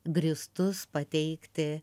grįstus pateikti